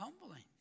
humbling